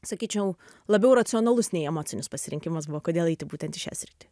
sakyčiau labiau racionalus nei emocinis pasirinkimas buvo kodėl eiti būtent į šią sritį